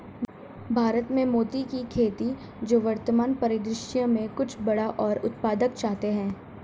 भारत में मोती की खेती जो वर्तमान परिदृश्य में कुछ बड़ा और उत्पादक चाहते हैं